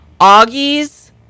Augie's